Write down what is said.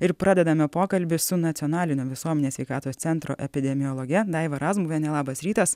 ir pradedame pokalbį su nacionalinio visuomenės sveikatos centro epidemiologe daiva razmuvienė labas rytas